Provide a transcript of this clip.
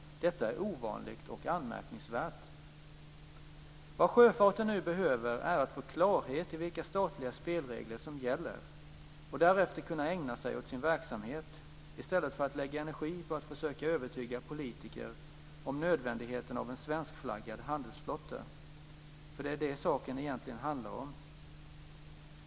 Detta är ovanligt och anmärkningsvärt. Vad sjöfarten nu behöver är att få klarhet i vilka statliga spelregler som gäller och därefter kunna ägna sig åt sin verksamhet i stället för att lägga energi på att försöka övertyga politiker om nödvändigheten av en svenskflaggad handelsflotta. För det är det saken egentligen handlar om.